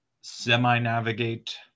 semi-navigate